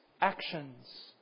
actions